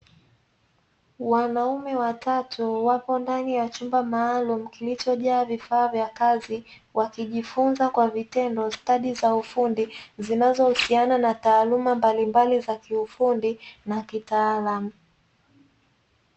Wanaume watatu wapo ndani ya chumba maalumu kilichojaa vifaa vya kazi wakijifunza stadi za ufunzi zinazohusiana na stadi za kiugundi na kitaalamu